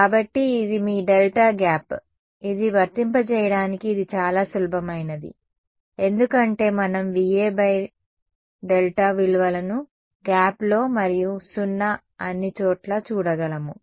కాబట్టి ఇది మీ డెల్టా గ్యాప్ ఇది వర్తింపజేయడానికి ఇది చాలా సులభమైనది ఎందుకంటే మనం VA δ విలువలను గ్యాప్లో మరియు 0 అన్నిచోట్లా చూడగలము